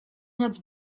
noc